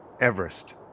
Everest